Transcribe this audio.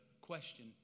question